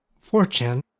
fortune